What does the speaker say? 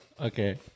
Okay